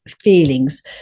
feelings